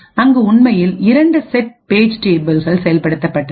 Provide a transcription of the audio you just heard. அங்கு உண்மையில் இரண்டு செட் பேஜ் டேபிள்கள் செயல்படுத்தப்பட்டன